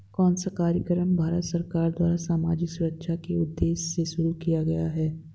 कौन सा कार्यक्रम भारत सरकार द्वारा सामाजिक सुरक्षा के उद्देश्य से शुरू किया गया है?